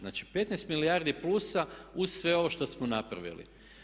Znači 15 milijardi plusa uz sve ovo što smo napravili.